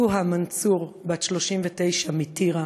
סוהא מנסור, בת 39, מטירה,